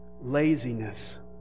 laziness